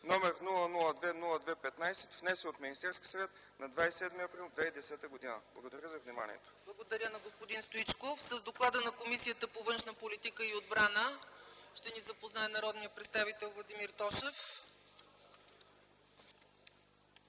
№ 002-02-15, внесен от Министерския съвет на 27 април 2010 г.” Благодаря за вниманието. ПРЕДСЕДАТЕЛ ЦЕЦКА ЦАЧЕВА: Благодаря на господин Стоичков. С доклада на Комисията по външна политика и отбрана ще ни запознае народния представител Владимир Тошев.